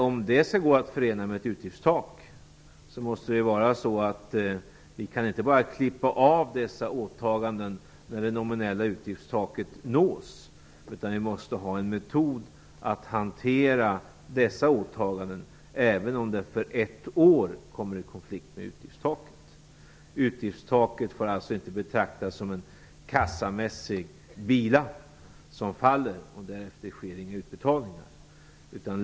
Om det skall gå att förena med ett utgiftstak kan vi inte bara klippa av dessa åtaganden när det nominella utgiftstaket nås, utan vi måste ha en metod för att hantera dessa åtaganden även om det för ett år kommer i konflikt med utgiftstaket. Utgiftstaket får alltså inte betraktas på det sättet att en kassamässig bila faller, och därefter sker inga utbetalningar.